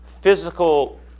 physical